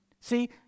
See